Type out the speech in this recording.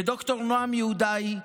לד"ר נועם יהודאי,